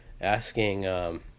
asking –